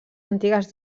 antigues